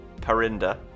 Parinda